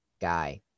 guy